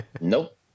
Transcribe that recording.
Nope